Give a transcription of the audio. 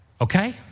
Okay